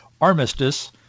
Armistice